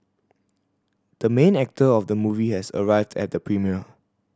the main actor of the movie has arrived at the premiere